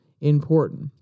important